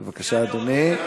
בבקשה, אדוני.